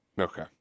Okay